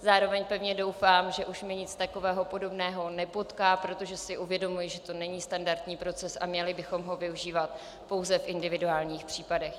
Zároveň pevně doufám, že už mě nic takového podobného nepotká, protože si uvědomuji, že to není standardní proces a měli bychom ho využívat pouze v individuálních případech.